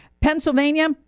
Pennsylvania